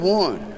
one